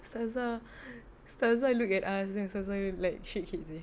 ustazah ustazah look at us then ustazah like shake head seh